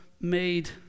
made